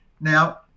now